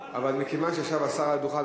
מכיוון שעכשיו השר על הדוכן,